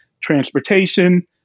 transportation